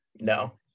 No